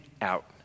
out